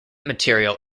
material